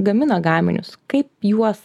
gamina gaminius kaip juos